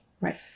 Right